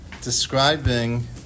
Describing